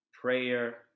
prayer